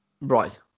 Right